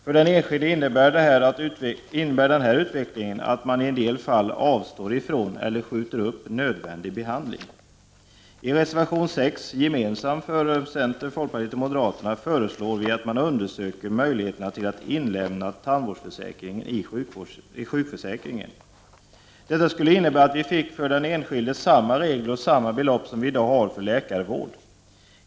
För den enskilde innebär den utvecklingen i en del fall att man avstår från eller skjuter upp nödvändig behandling. I reservation 6, gemensam för centern, folkpartiet och moderaterna, föreslår vi att man undersöker möjligheterna att inlemma tandvårdsförsäkringen i sjukförsäkringen. Detta skulle innebära att vi för den enskilde fick samma regler och belopp som vi i dag har för läkarvård.